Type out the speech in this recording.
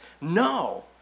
No